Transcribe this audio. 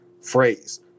phrase